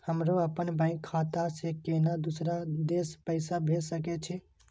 हमरो अपने बैंक खाता से केना दुसरा देश पैसा भेज सके छी?